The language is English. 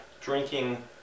drinking